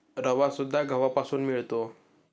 रवासुद्धा गव्हापासून मिळतो